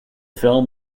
film